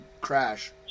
crash